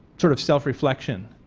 sort of self reflection.